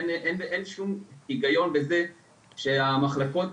אין שום היגיון בזה שהמחלקות,